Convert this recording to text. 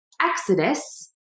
exodus